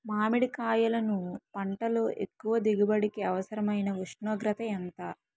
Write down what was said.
మామిడికాయలును పంటలో ఎక్కువ దిగుబడికి అవసరమైన ఉష్ణోగ్రత ఎంత?